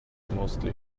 mostly